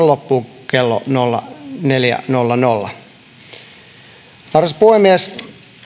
loppuu kello nolla neljä nolla nolla arvoisa puhemies